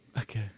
Okay